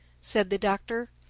said the doctor,